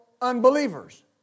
Unbelievers